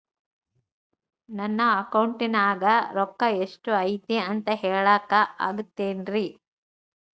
ನನ್ನ ಅಕೌಂಟಿನ್ಯಾಗ ರೊಕ್ಕ ಎಷ್ಟು ಐತಿ ಅಂತ ಹೇಳಕ ಆಗುತ್ತೆನ್ರಿ?